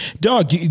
dog